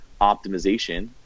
optimization